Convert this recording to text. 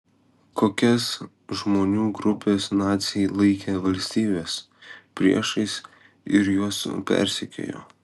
kokias žmonių grupes naciai laikė valstybės priešais ir juos persekiojo